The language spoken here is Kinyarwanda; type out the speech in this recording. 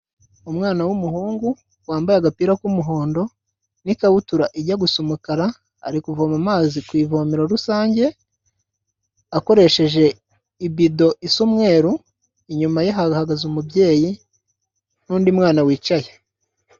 Umwana w'umuhungu wambaye agapira k'umuhondo n'ikabutura ijya gusoma umukara, ari kuvoma mazi ku ivomero rusange, akoresheje ibido isa umweru, inyuma ye hahagaze umubyeyi n'undi mwana wicaye.